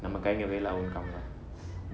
won't come lah